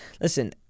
Listen